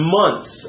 months